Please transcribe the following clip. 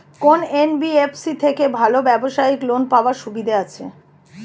কোন এন.বি.এফ.সি থেকে ভালো ব্যবসায়িক লোন পাওয়ার সুবিধা আছে?